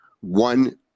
One